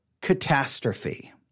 catastrophe